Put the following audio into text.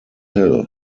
hill